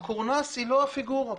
הקורנס היא לא הפיגורה כאן.